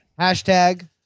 Hashtag